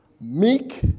Meek